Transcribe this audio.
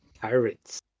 Pirates